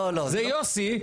זה יוסי.